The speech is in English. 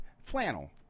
flannel